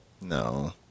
No